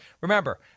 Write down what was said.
remember